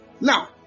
Now